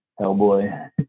Hellboy